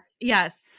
yes